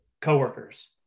coworkers